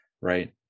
right